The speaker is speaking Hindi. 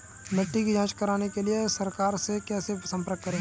मिट्टी की जांच कराने के लिए सरकार से कैसे संपर्क करें?